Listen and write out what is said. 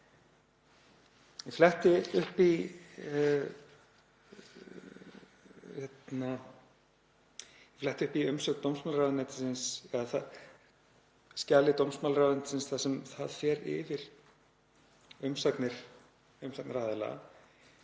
Ég fletti upp í umsögn dómsmálaráðuneytisins, eða skjali dómsmálaráðuneytisins þar sem það fer yfir umsagnir umsagnaraðila